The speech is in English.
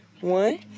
One